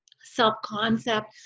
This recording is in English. self-concept